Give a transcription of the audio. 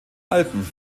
alpen